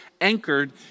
anchored